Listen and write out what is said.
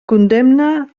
condemne